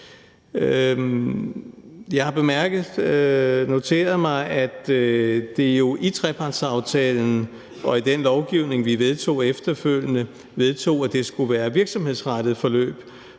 og noteret mig, at det jo i trepartsaftalen og i den lovgivning, vi vedtog efterfølgende, blev vedtaget, at det skulle være virksomhedsrettede forløb